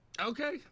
okay